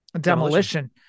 Demolition